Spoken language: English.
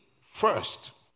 first